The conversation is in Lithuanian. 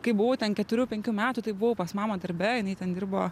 kai buvau ten keturių penkių metų tai buvau pas mamą darbe jinai ten dirbo